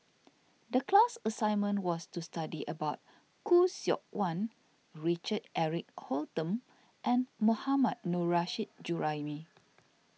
the class assignment was to study about Khoo Seok Wan Richard Eric Holttum and Mohammad Nurrasyid Juraimi